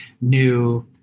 new